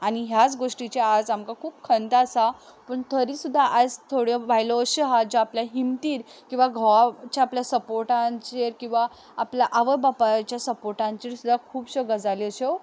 आनी ह्याच गोष्टीचें आज आमकां खूब खंत आसा पूण तरी सुद्दा आज थोड्यो बायलो अश्यो हा ज्यो आपल्या हिमतीर किंवां घोवाच्या आपल्या सपोर्टाचेर किंवां आपल्या आवय बापायच्या सपोर्टाचेर सुद्दा खुबश्यो गजाली अश्यो